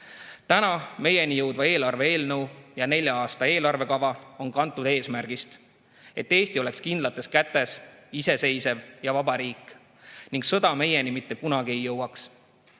meieni jõudva eelarve eelnõu ja nelja aasta eelarvekava on kantud eesmärgist, et Eesti oleks kindlates kätes, iseseisev ja vaba riik ning sõda meieni mitte kunagi ei jõuaks.